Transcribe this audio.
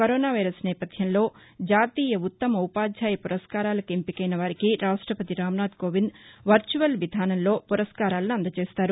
corona virus నేపథ్యంలో జాతీయ ఉత్తమ ఉపాధ్యాయ పురస్కారాలకు ఎంపికైన వారికి రాష్టపతి రామ్నాధ్ కోవింద్ వర్చువల్ విధానం లో పురస్కారాలను అందజేస్తారు